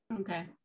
Okay